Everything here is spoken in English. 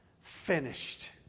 Finished